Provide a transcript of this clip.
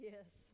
Yes